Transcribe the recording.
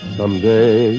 someday